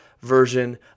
version